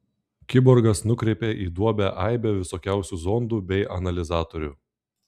kiborgas nukreipė į duobę aibę visokiausių zondų bei analizatorių